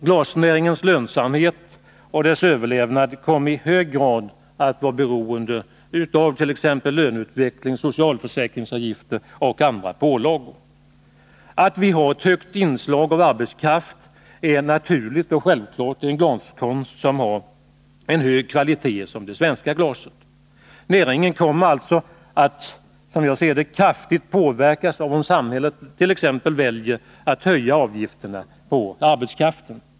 Glasnäringens lönsamhet och dess överlevnad kommer i hög grad att vara beroende avt.ex. utvecklingen för löner, socialförsäkringsavgifter och andra pålagor. Att vi har ett högt inslag av arbetskraft är naturligt och självklart i en glaskonst som har en så hög kvalitet som beträffande det svenska glaset. Näringen kommer alltså att kraftigt påverkas av om samhället t.ex. väljer att höja avgifterna på arbetskraften.